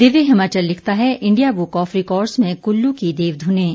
दिव्य हिमाचल लिखता है India book of records में कुल्लू की देवधुनें